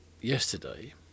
yesterday